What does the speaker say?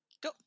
Go